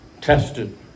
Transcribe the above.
tested